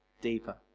deeper